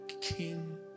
king